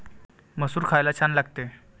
मसूर खायला छान लागते